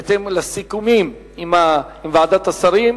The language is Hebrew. בהתאם לסיכומים עם ועדת השרים,